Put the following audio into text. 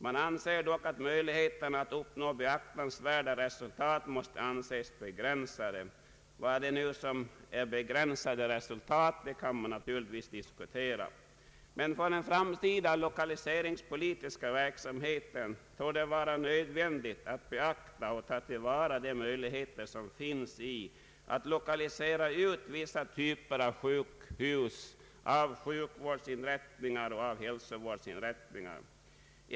Man anser dock att möjligheterna att uppnå beaktansvärda resultat måste anses begränsade, Vad som är begränsade resultat kan givetvis diskuteras. Men för den framtida = lokaliseringspolitiska verksamheten torde det vara nödvändigt att beakta och ta till vara de möjligheter som finns i att lokalisera ut vissa typer av sjukhus och sjukvårdseller hälsovårdsinrättningar.